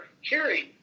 hearing